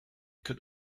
could